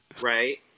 right